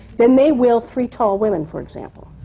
than they will three tall women, for example.